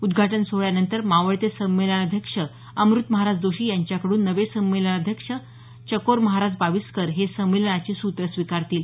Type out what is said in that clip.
उद्घाटन सोहळ्यानंतर मावळते संमेलनाध्यक्ष अम्रतमहाराज जोशी यांच्याकडून नवे संमेलनाध्यक्ष चकोरमहाराज बावीसकर हे संमेलनाची सूत्रं स्विकारतील